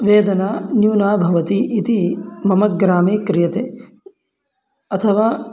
वेदना न्यूना भवति इति मम ग्रामे क्रियते अथवा